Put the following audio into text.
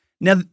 Now